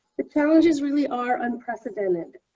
the challenges really are unprecedented,